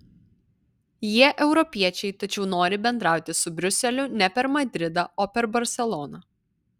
jie europiečiai tačiau nori bendrauti su briuseliu ne per madridą o per barseloną